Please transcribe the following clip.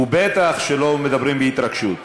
ובטח שלא מדברים בהתרגשות.